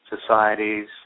societies